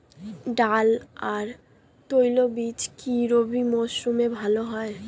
ডাল আর তৈলবীজ কি রবি মরশুমে ভালো হয়?